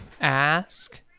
Ask